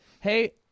Hey